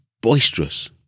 boisterous